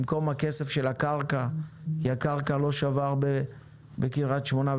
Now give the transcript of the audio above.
במקום הכסף של הקרקע כי הקרקע לא שווה הרבה בקרית שמונה,